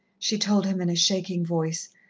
she told him in a shaking voice.